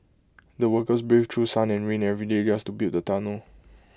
the workers braved through sun and rain every day just to build the tunnel